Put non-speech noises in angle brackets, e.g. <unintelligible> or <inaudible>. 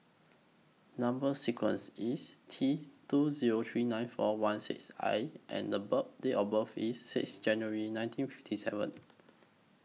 Number sequence IS T two Zero three nine four one six I and <unintelligible> Date of birth IS six January nineteen fifty seven